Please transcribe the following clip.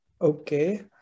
okay